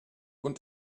und